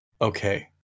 Okay